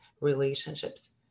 relationships